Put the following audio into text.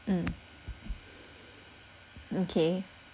mm okay